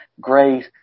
great